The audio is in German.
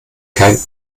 kein